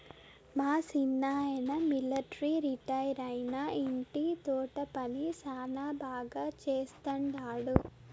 మా సిన్నాయన మిలట్రీ రిటైరైనా ఇంటి తోట పని శానా బాగా చేస్తండాడు